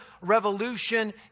revolution